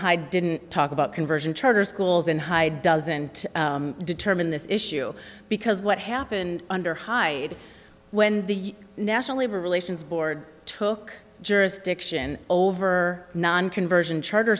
high didn't talk about conversion charter schools in hyde doesn't determine this issue because what happened under hyde when the national labor relations board took jurisdiction over non conversion charter